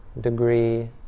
degree